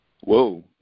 Whoa